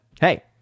hey